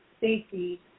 safety